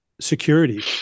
security